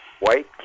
White